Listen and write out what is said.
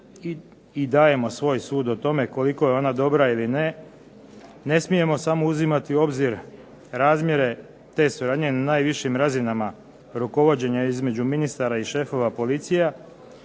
i dajemo svoj sud o tome koliko je ona dobra ili ne, ne smijemo samo uzimati u obzir razmjere te suradnje na najvišim razinama rukovođenja između ministara i šefova policije,